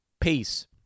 Peace